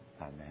Amen